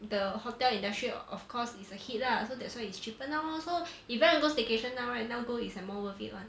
the hotel industry of course is a hit lah so that's why it's cheaper now lor so if you want to go staycation now right now go is like more worth it one